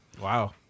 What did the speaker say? wow